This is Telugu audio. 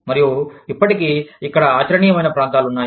మరియు ఇప్పటికీ ఇక్కడ ఆచరణీయమైన ప్రాంతాలు ఉన్నాయి